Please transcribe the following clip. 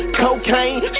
cocaine